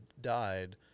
died